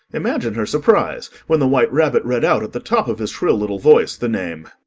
imagine her surprise, when the white rabbit read out, at the top of his shrill little voice, the name